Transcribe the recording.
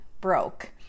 broke